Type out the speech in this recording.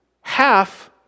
half